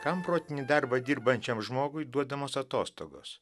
kam protinį darbą dirbančiam žmogui duodamos atostogos